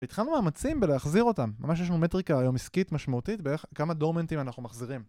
התחלנו מאמצים בלהחזיר אותם. ממש יש לנו מטריקה היום עסקית משמעותית באיך כמה דורמנטים אנחנו מחזירים